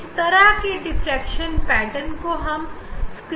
इस तरह के डिफ्रेक्शन पेटर्न को हम स्क्रीन पर देखेंगे